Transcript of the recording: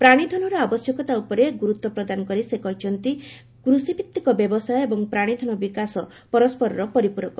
ପ୍ରାଣୀଧନର ଆବଶ୍ୟକତା ଉପରେ ଗୁରୁତ୍ୱ ପ୍ରଦାନ କରି ସେ କହିଛନ୍ତି କୃଷିଭିଭିକ ବ୍ୟବସାୟ ଏବଂ ପ୍ରାଣୀଧନ ବିକାଶ ପରସ୍କରର ପରିପୂରକ